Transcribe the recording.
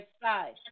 side